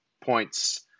points